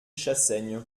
chassaigne